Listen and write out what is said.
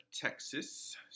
Texas